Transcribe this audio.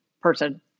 person